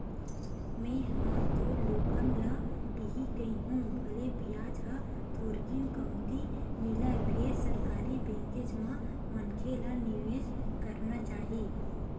में हा ह तो लोगन ल इही कहिहूँ भले बियाज ह थोरकिन कमती मिलय फेर सरकारी बेंकेच म मनखे ल निवेस करना चाही